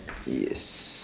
yes